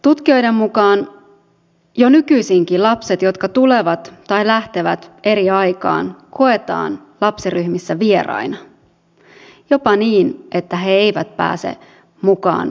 tutkijoiden mukaan jo nykyisinkin ne lapset jotka tulevat tai lähtevät eri aikaan koetaan lapsiryhmissä vieraina jopa niin että he eivät pääse mukaan leikkeihin